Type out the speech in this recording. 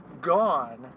gone